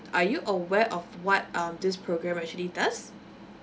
are you aware of what um this programme actually does